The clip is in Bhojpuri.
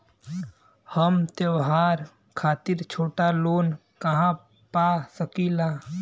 हम त्योहार खातिर छोटा लोन कहा पा सकिला?